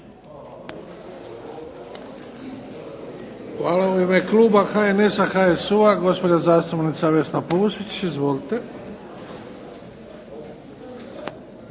Hvala. U ime kluba HNS-HSU-a gospođa zastupnica Vesna Pusić. Izvolite. **Pusić,